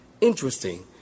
Interesting